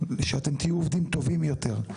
שאתם תהיו עובדים טובים יותר.